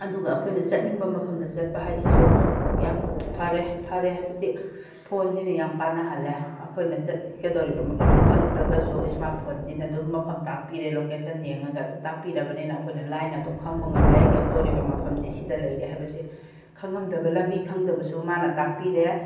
ꯑꯗꯨꯒ ꯑꯩꯈꯣꯏꯅ ꯆꯠꯅꯤꯡꯕ ꯃꯐꯝꯗ ꯆꯠꯄ ꯍꯥꯏꯁꯤꯁꯨ ꯌꯥꯝ ꯐꯔꯦ ꯐꯔꯦ ꯍꯥꯏꯕꯗꯤ ꯐꯣꯟꯁꯤꯅ ꯌꯥꯝ ꯀꯥꯟꯅꯍꯜꯂꯦ ꯑꯩꯈꯣꯏꯅ ꯆꯠꯀꯗꯧꯔꯤꯕ ꯃꯐꯝꯁꯤ ꯈꯪꯗꯔꯒꯁꯨ ꯏꯁꯃꯥꯔꯠ ꯐꯣꯟꯁꯤꯅ ꯑꯗꯨꯝ ꯃꯐꯝ ꯇꯥꯛꯄꯤꯔꯦ ꯂꯣꯀꯦꯁꯟ ꯌꯦꯡꯉꯒ ꯑꯗꯨꯝ ꯇꯥꯛꯄꯤꯔꯕꯅꯤꯅ ꯑꯩꯈꯣꯏꯅ ꯂꯥꯏꯅ ꯑꯗꯨꯝ ꯈꯪꯕ ꯉꯝꯂꯦ ꯌꯧꯗꯧꯔꯤꯕ ꯃꯐꯝꯁꯤ ꯁꯤꯗ ꯂꯩꯔꯦ ꯍꯥꯏꯕꯁꯤ ꯈꯪꯉꯝꯗꯕ ꯂꯝꯕꯤ ꯈꯪꯗꯕꯁꯨ ꯃꯥꯅ ꯇꯥꯛꯄꯤꯔꯦ